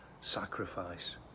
sacrifice